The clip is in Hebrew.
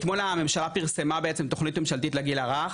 אתמול הממשלה פרסמה תוכנית ממשלתית לגיל הרך,